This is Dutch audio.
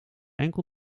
enkel